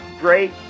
great